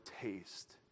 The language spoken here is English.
taste